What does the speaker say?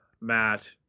Matt